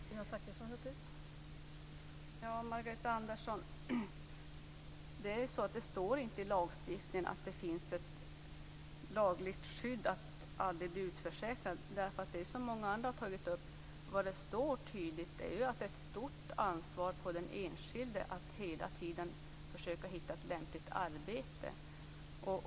Fru talman! Margareta Andersson, lagstiftningen säger inte att det finns ett lagligt skydd för att aldrig bli utförsäkrad. Som många andra har tagit upp står det tydligt att det vilar ett stort ansvar på den enskilde att hela tiden försöka hitta ett lämpligt arbete.